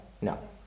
No